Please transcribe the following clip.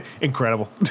incredible